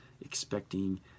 expecting